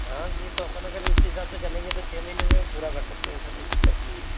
हाँ नहीं तो अपन अगर इसी हिसाब से चलेंगे तो छ महीने में हम पूरा कर सकते हैं ऐसा कोई दिक्कत नहीं है